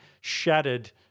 shattered